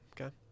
Okay